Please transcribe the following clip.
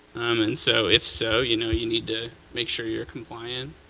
um and so if so, you know you need to make sure you're compliant.